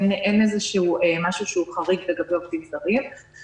אין משהו שהוא חריג לגבי עובדים זרים.